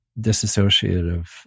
disassociative